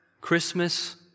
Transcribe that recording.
Christmas